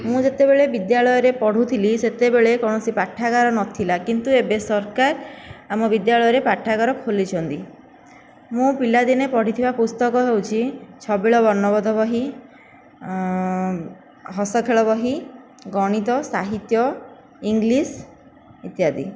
ମୁଁ ଯେତେବେଳେ ବିଦ୍ୟାଳୟରେ ପଢ଼ୁଥିଲି ସେତେବେଳେ କୌଣସି ପାଠାଗାର ନ ଥିଲା କିନ୍ତୁ ଏବେ ସରକାର ଆମ ବିଦ୍ୟାଳୟରେ ପାଠାଗାର ଖୋଲିଛନ୍ତି ମୁଁ ପିଲାଦିନେ ପଢ଼ିଥିବା ପୁସ୍ତକ ହେଉଛି ଛବିଳ ବର୍ଣ୍ଣବୋଧ ବହି ହସଖେଳ ବହି ଗଣିତ ସାହିତ୍ୟ ଇଂଲିଶ୍ ଇତ୍ୟାଦି